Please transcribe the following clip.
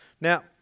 Now